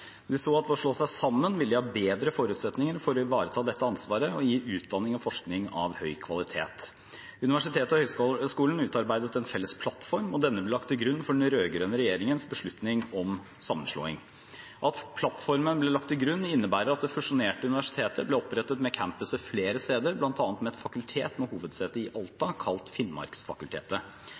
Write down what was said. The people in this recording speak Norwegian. så at ved å slå seg sammen ville de ha bedre forutsetninger for å ivareta dette ansvaret og gi utdanning og forskning av høy kvalitet. Universitetet og høyskolen utarbeidet en felles plattform, og denne ble lagt til grunn for den rød-grønne regjeringens beslutning om sammenslåing. At plattformen ble lagt til grunn, innebærer at det fusjonerte universitetet ble opprettet med campuser flere steder, bl.a. med et fakultet med hovedsete i Alta, kalt Finnmarksfakultetet.